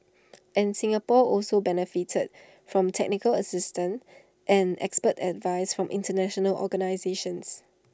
and Singapore also benefited from technical assistance and expert advice from International organisations